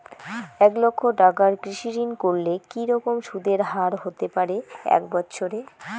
এক লক্ষ টাকার কৃষি ঋণ করলে কি রকম সুদের হারহতে পারে এক বৎসরে?